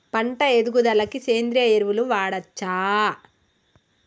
పంట ఎదుగుదలకి సేంద్రీయ ఎరువులు వాడచ్చా?